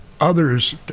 others